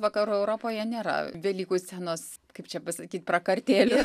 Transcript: vakarų europoje nėra velykų scenos kaip čia pasakyt prakartėlių